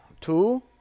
Two